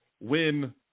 win